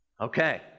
Okay